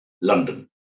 London